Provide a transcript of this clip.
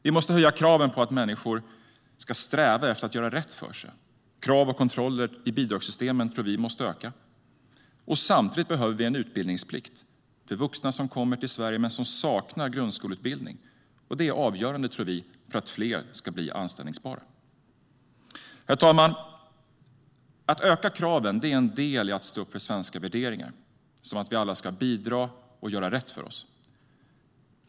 Vi måste höja kraven på att människor ska sträva efter att göra rätt för sig. Krav och kontroller i bidragssystemen tror vi måste öka. Samtidigt behöver vi en utbildningsplikt för vuxna som kommer till Sverige och som saknar grundskoleutbildning. Det är avgörande, tror vi, för att fler ska bli anställbara. Herr talman! Att öka kraven är en del i att stå upp för svenska värderingar, som att vi alla ska bidra och göra rätt för oss.